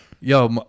Yo